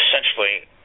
essentially